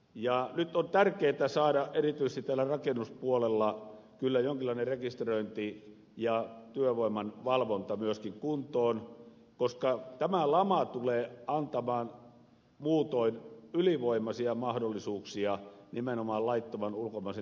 nyt on tärkeätä saada erityisesti tällä rakennuspuolella kyllä jonkinlainen rekisteröinti ja työvoiman valvonta myöskin kuntoon koska tämä lama tulee antamaan muutoin ylivoimaisia mahdollisuuksia nimenomaan laittoman ulkomaisen työvoiman käyttöön